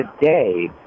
today